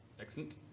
Excellent